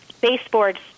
Baseboards